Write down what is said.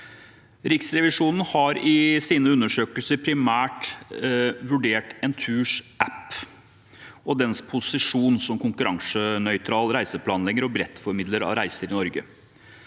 Riksrevisjonen har i sin undersøkelse primært vurdert Enturs app og dens posisjon som konkurransenøytral reiseplanlegger og billettformidler av reiser i Norge.